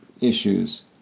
issues